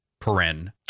Paren